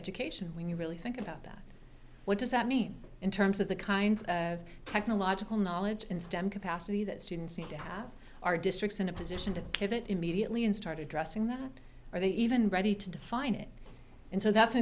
education when you really think about that what does that mean in terms of the kinds of technological knowledge and stem capacity that students need to have our districts in a position to give it immediately and started dressing them are they even ready to define it and so that's an